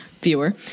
viewer